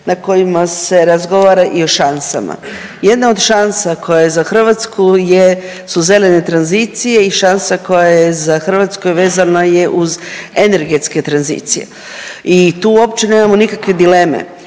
na kojima se razgovara i o šansama. Jedna od šansa koja je za Hrvatsku je su zelene tranzicije i šansa koja je za Hrvatsku vezana je uz energetske tranzicije i tu uopće nemamo nikakve dileme.